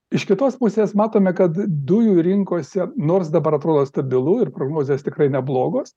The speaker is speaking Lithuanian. iš kitos pusės matome kad dujų rinkose nors dabar atrodo stabilu ir prognozės tikrai neblogos